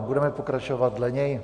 Budeme pokračovat dle něj.